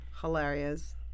hilarious